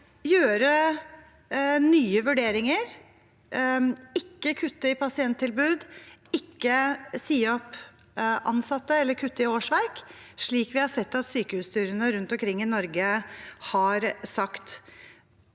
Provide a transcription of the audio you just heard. gjøre nye vurderinger – ikke kutte i pasienttilbud, ikke si opp ansatte eller kutte i årsverk, slik vi har sett at sykehusstyrene rundt omkring i Norge har sagt?